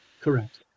correct